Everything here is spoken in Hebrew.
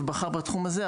ובחר בתחום הזה,